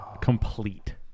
Complete